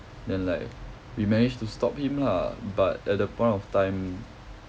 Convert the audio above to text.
then like we managed to stop him lah but at the point of time